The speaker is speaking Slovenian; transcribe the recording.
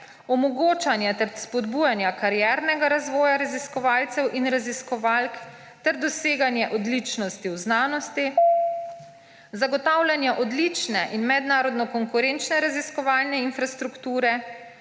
omogočanja ter spodbujanja kariernega razvoja raziskovalcev in raziskovalk ter doseganja odličnosti v znanosti, zagotavljanja odlične in mednarodno konkurenčne raziskovalne infrastrukture,